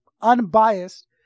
unbiased